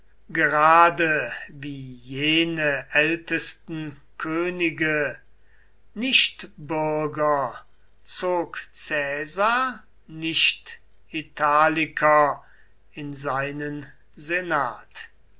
gerade wie jene ältesten könige nichtbürger zog caesar nichtitaliker in seinen senat